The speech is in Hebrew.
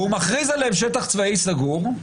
והוא מכריז עליהן שטח צבאי סגור.